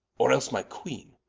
or else my queene.